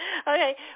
Okay